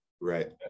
Right